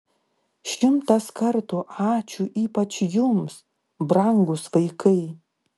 šimtas kartų ačiū ypač jums brangūs vaikai